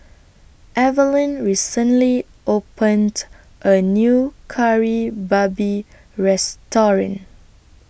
Evelyn recently opened A New Kari Babi Restaurant